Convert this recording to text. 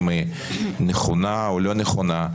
אם היא נכונה או לא נכונה.